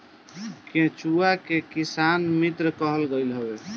केचुआ के किसान मित्र कहल गईल हवे